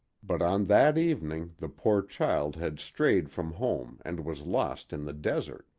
but on that evening the poor child had strayed from home and was lost in the desert.